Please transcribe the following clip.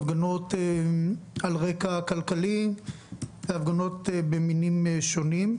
הפגנות על רקע כלכלי והפגנות במינים שונים,